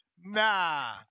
Nah